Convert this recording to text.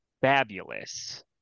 fabulous